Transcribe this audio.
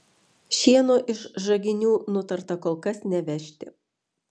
šieno iš žaginių nutarta kol kas nevežti